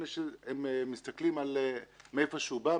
לפני שהם מסתכלים מאיפה שהוא בא,